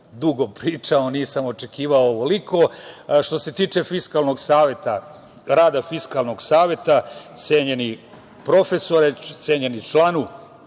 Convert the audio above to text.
dugo pričao, nisam očekivao ovoliko, što se tiče rada Fiskalnog saveta, cenjeni profesore, cenjeni članu